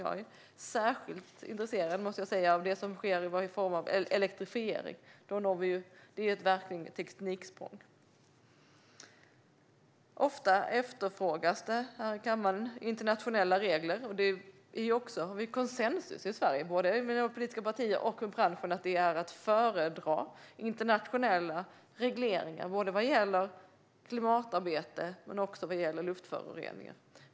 Jag är särskilt intresserad, måste jag säga, av det som sker i form av elektrifiering. Det är verkligen ett tekniksprång. Ofta efterfrågas det här i kammaren internationella regler. Vi har också konsensus i Sverige, både mellan politiska partier och inom branschen, att internationella regleringar är att föredra både vad gäller klimatarbete och vad gäller luftföreningar.